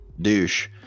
douche